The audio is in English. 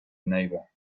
neighbour